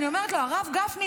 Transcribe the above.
ואני אומרת לו: הרב גפני,